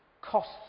costs